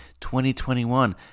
2021